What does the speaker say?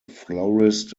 florist